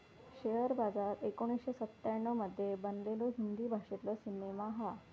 share बाजार एकोणीसशे सत्त्याण्णव मध्ये बनलेलो हिंदी भाषेतलो सिनेमा हा